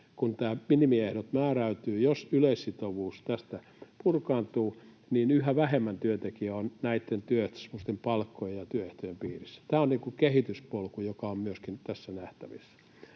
kun nämä minimiehdot määräytyvät, jos yleissitovuus tästä purkaantuu, niin yhä vähemmän työntekijöitä on näitten työehtosopimusten palkkojen ja työehtojen piirissä. Tämä on kehityspolku, joka on myöskin tässä nähtävissä.